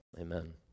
Amen